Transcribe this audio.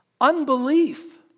unbelief